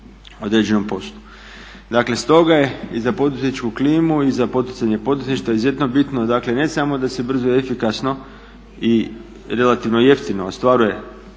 određenom poslu. Dakle stoga je i za poduzetničku klimu i za poticanje poduzetništva izuzetno bitno, dakle ne samo da se brzo i efikasno i relativno jeftino ostvaruje